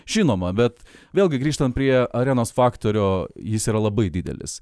žinoma bet vėlgi grįžtant prie arenos faktorio jis yra labai didelis